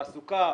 תעסוקה,